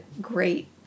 great